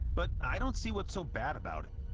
but i don't see what's so bad about it.